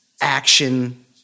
action